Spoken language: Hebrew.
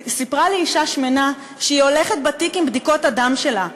סיפרה לי אישה שמנה שהיא הולכת עם בדיקות הדם שלה בתיק,